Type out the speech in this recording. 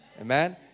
Amen